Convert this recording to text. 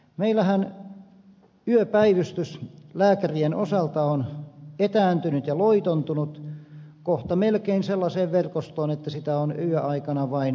meillähän yöpäivystys lääkärien osalta on etääntynyt ja loitontunut kohta melkein sellaiseen verkostoon että sitä on yöaikana vain maakuntakeskuksista saatavana